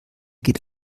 geht